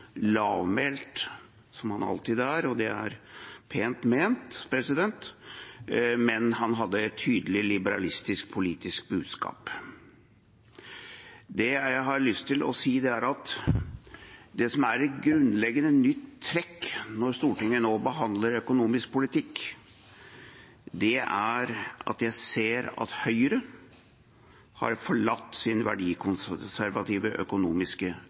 lavmælt, som han alltid er, og det er pent ment, men han hadde et tydelig liberalistisk politisk budskap. Det jeg har lyst til å si, er at det som er et grunnleggende nytt trekk når Stortinget nå behandler økonomisk politikk, er – ser jeg – at Høyre har forlatt sin verdikonservative økonomiske